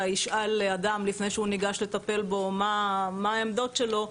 ישאל אדם לפני שהוא ניגש לטפל בו מה העמדות שלו,